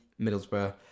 Middlesbrough